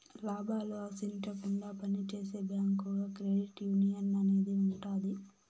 లాభాలు ఆశించకుండా పని చేసే బ్యాంకుగా క్రెడిట్ యునియన్ అనేది ఉంటది